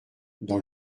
dans